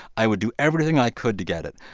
i would do everything i could to get it.